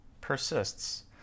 persists